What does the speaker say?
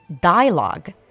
dialogue